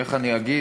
איך אני אגיד,